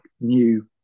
new